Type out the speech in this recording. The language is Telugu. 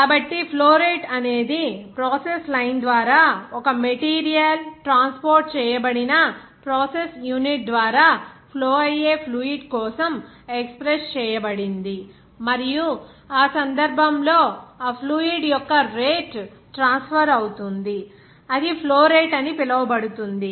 కాబట్టి ఫ్లో రేటు అనేది ప్రాసెస్ లైన్ ద్వారా ఒక మెటీరియల్ ట్రాన్స్పోర్ట్ చేయబడిన ప్రాసెస్ యూనిట్ ద్వారా ఫ్లో అయ్యే ఫ్లూయిడ్ కోసం ఎక్స్ప్రెస్ చేయబడింది మరియు ఆ సందర్భంలో ఆ ఫ్లూయిడ్ యొక్క రేటు ట్రాన్స్ఫర్ అవుతుంది అది ఫ్లో రేటు అని పిలువబడుతుంది